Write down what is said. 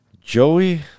Joey